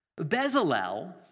Bezalel